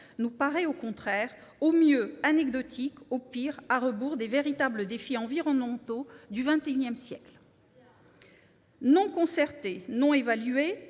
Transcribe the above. nous paraît au contraire, au mieux, anecdotique, au pire, à rebours des véritables défis environnementaux du XXI siècle. Très bien ! Ni concertée ni évaluée,